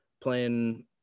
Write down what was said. playing